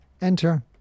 Enter